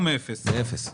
מאפס.